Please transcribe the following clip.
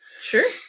Sure